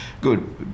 Good